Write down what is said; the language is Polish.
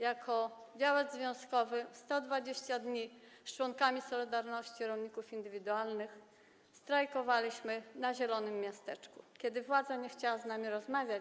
Jako działacz związkowy 120 dni z członkami „Solidarności” rolników indywidualnych strajkowałam w zielonym miasteczku, kiedy władza nie chciała z nami rozmawiać.